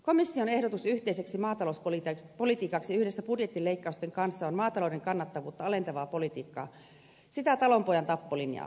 komission ehdotus yhteiseksi maatalouspolitiikaksi yhdessä budjettileikkausten kanssa on maatalouden kannattavuutta alentavaa politiikkaa sitä talonpojan tappolinjaa